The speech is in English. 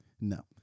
No